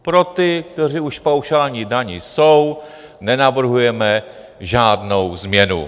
Pro ty, kteří už v paušální dani jsou, nenavrhujeme žádnou změnu.